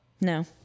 No